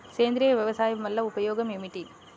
సేంద్రీయ వ్యవసాయం వల్ల ఉపయోగం ఏమిటి?